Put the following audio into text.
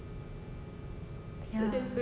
ya